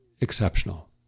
exceptional